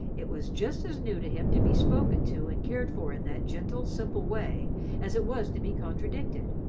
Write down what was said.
it was just as new to him to be spoken to and cared for in that gentle, simple way as it was to be contradicted.